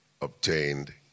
obtained